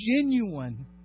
genuine